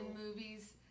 movies